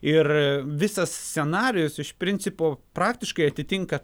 ir visas scenarijus iš principo praktiškai atitinka